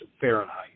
Fahrenheit